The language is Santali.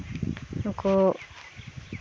ᱱᱩᱠᱩ